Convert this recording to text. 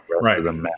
Right